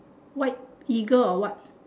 white eagle or what